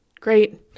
Great